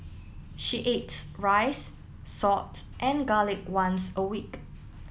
she ate rice salt and garlic once a week